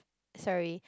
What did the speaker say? sorry